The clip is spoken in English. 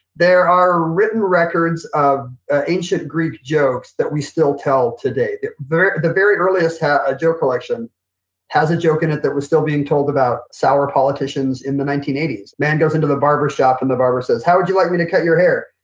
there are written records of ancient greek jokes that we still tell today. the very the very earliest ah joke collection has a joke in it that was still being told about sour politicians in the nineteen eighty s. man goes into the barber shop and the barber says, how would you like me to cut your hair?